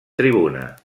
tribuna